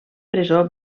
presó